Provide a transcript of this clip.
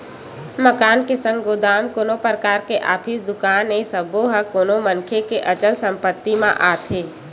मकान के संग गोदाम, कोनो परकार के ऑफिस, दुकान ए सब्बो ह कोनो मनखे के अचल संपत्ति म आथे